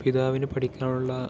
പിതാവിന് പഠിക്കാനുള്ള